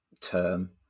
term